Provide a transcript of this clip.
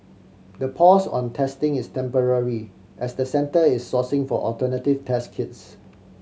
the pause on testing is temporary as the Centre is sourcing for alternative test kits